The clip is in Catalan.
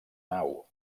nau